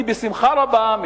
אני בשמחה רבה,